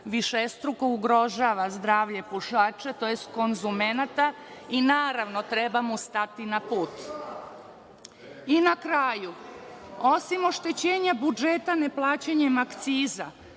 višestruko ugrožava zdravlje pušača, tj. konzumenata i naravno, treba mu stati na put. Na kraju, osim oštećenja budžeta neplaćanjem akciza